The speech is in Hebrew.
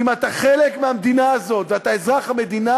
אם אתה חלק מהמדינה ואתה אזרח המדינה,